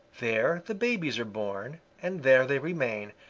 there the babies are born, and there they remain,